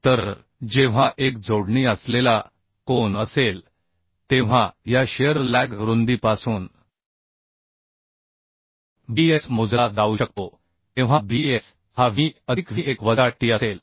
तर जेव्हा एक जोडणी असलेला कोन असेल तेव्हा या शिअर लॅग रुंदीपासून Bs मोजला जाऊ शकतो तेव्हा Bs हा W अधिक W1 वजा t असेल